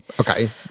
Okay